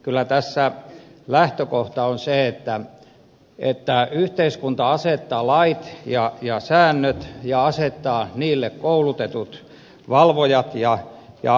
kyllä tässä lähtökohta on se että yhteiskunta asettaa lait ja säännöt ja asettaa niille koulutetut valvojat ja asioiden selvittäjät